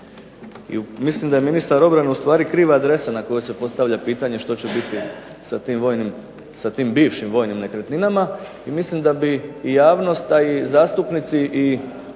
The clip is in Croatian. Mislim da je ministar obrane zapravo kriva adresa na koju se postavlja pitanje što će biti sa tim vojnim sa tim bivšim vojnim nekretninama. A mislim da bi javnost, a i zastupnici a